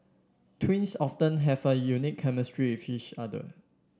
twins often have a unique chemistry with each other